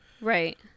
Right